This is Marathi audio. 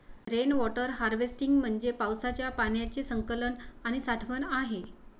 रेन वॉटर हार्वेस्टिंग म्हणजे पावसाच्या पाण्याचे संकलन आणि साठवण आहे